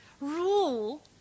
rule